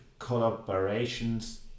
collaborations